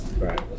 right